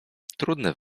trudne